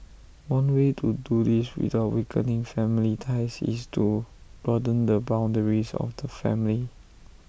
one way to do this without weakening family ties is to broaden the boundaries of the family